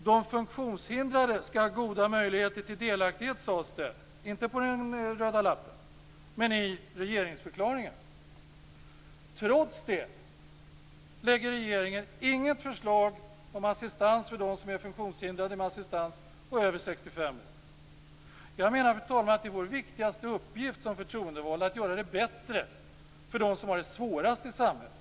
De funktionshindrade skall ha goda möjligheter till delaktighet sades det, inte på den röda lappen men i regeringsförklaringen. Trots det lägger regeringen inget förslag om assistans för dem som är funktionshindrade och över 65 år. Fru talman! Jag menar att det är vår viktigaste uppgift som förtroendevalda att göra det bättre för dem som har det svårast i samhället.